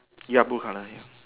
ya blue color ya